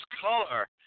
color